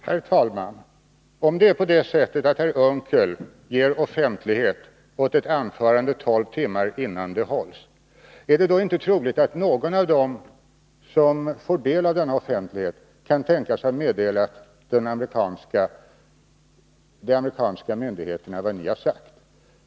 Herr talman! Om herr Unckel ger offentlighet åt ett uttalande tolv timmar innan det hålls, är det då inte troligt att någon av dem som får del av denna offentlighet kan tänkas ha meddelat de amerikanska myndigheterna vad ni har sagt?